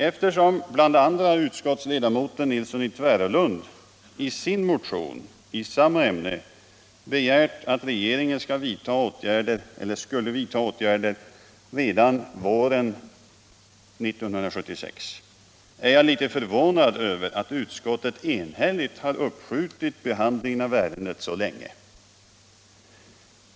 Eftersom bl.a. utskottsledamoten herr Nilsson i Tvärålund i sin motion i samma ämne begärt att regeringen skulle vidta åtgärder redan under våren 1976 är jag litet förvånad över att utskottet enhälligt har uppskjutit behandlingen av ärendet så länge.